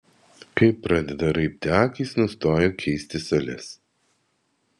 kai pradeda raibti akys nustoju keisti sales